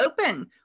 open